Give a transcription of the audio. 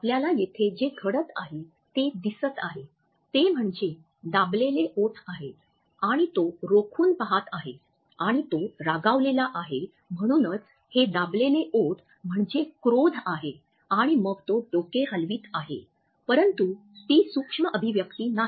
आपल्याला येथे जे घडत आहे ते दिसत आहे ते म्हणजे दाबलेले ओठ आहेत आणि तो रोखून पाहत आहे आणि तो रागावलेला आहे म्हणूनच हे दाबलेले ओठ म्हणजे क्रोध आहे आणि मग तो डोके हलवत आहे परंतु ती सूक्ष्म अभिव्यक्ती नाही